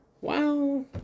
Wow